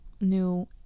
new